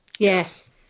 Yes